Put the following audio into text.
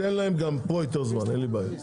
ניתן להם גם פה את הזמן, אין לי בעיה.